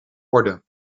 orde